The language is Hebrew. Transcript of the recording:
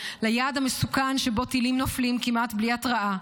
ליעד המסוכן שבו טילים נופלים כמעט בלי התראה,